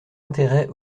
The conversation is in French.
intérêt